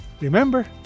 Remember